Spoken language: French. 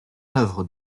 œuvre